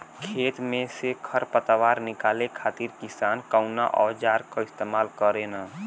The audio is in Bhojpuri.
खेत में से खर पतवार निकाले खातिर किसान कउना औजार क इस्तेमाल करे न?